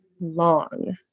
long